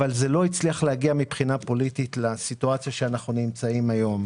אבל זה לא הצליח להגיע מבחינה פוליטית לסיטואציה שאנחנו נמצאים היום.